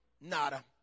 Nada